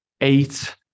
eight